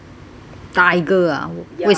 tiger ah 为什么